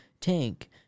tank